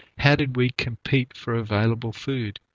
how did we compete for available food?